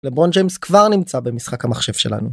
לברון ג'יימס כבר נמצא במשחק המחשב שלנו.